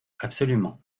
absolument